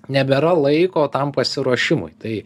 nebėra laiko tam pasiruošimui tai